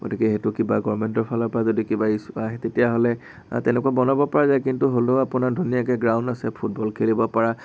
গতিকে সেইটো কিবা গৰ্মেন্টৰ ফালৰ পৰা যদি কিবা ইচ্ছু আহে তেতিয়াহ'লে তেনেকুৱা বনাব পৰা যায় কিন্তু হ'লেও আপোনাৰ ধুনীয়াকে গ্ৰাউণ্ড আছে ফুটবল খেলিব পৰা